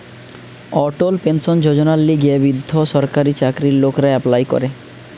অটল pension যোজনার লিগে বৃদ্ধ সরকারি চাকরির লোকরা এপ্লাই করে